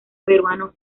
peruano